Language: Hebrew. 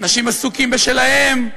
אנשים עסוקים בשלהם.